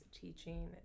teaching